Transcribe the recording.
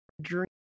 dream